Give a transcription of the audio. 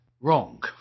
wrong